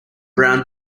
brown